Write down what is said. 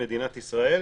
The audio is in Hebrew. מדינת ישראל,